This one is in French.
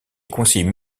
conseiller